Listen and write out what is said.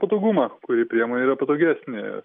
patogumą kuri priemonė yra patogesnė